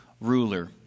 ruler